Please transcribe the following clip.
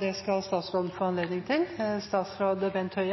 Det skal statsråden få anledning til